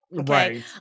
Okay